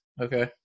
okay